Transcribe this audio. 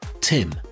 tim